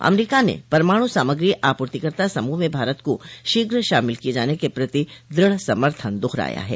अमरीका ने परमाणु सामग्री आपूर्तिकर्ता समूह में भारत का शीघ्र शामिल किए जाने के प्रति दृढ़ समर्थन दोहराया है